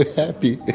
ah happy,